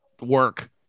work